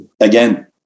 Again